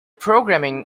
programming